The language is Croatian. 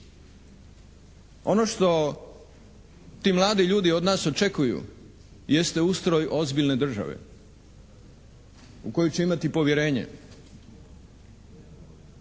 Ono što ti mladi ljudi od nas očekuju jeste ustroj ozbiljne države u koju će imati povjerenje.